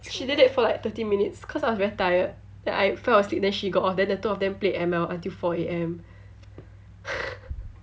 she did it for like thirty minutes cause I was very tired then I fell asleep then she got off then the two of them played M_L until four A_M